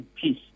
peace